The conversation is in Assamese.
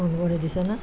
অন কৰি দিছ নে